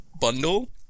bundle